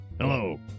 Hello